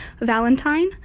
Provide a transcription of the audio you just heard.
Valentine